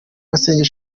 masengo